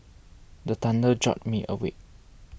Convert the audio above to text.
the thunder jolt me awake